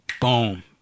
Boom